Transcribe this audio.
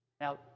now